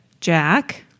Jack